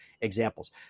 examples